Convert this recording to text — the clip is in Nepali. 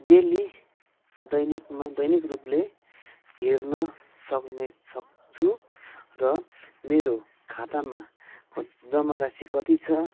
डेली दैनिकमा दैनिक रूपले हेर्न सक्ने सक्छु र मेरो खातामा क जमा राशि कति छ